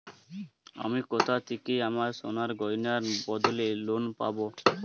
আমি কোথা থেকে আমার সোনার গয়নার বদলে লোন পাবো?